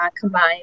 combined